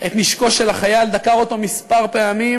את נשקו של חייל, דקר אותו כמה פעמים